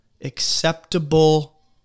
acceptable